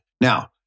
Now